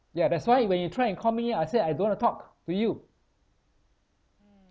ya that's why you when you try and call me I say I don't want to talk to you